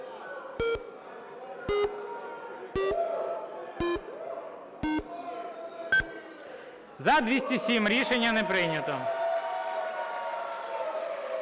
За-209 Рішення не прийнято.